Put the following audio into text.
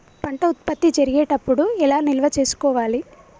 పంట ఉత్పత్తి జరిగేటప్పుడు ఎలా నిల్వ చేసుకోవాలి?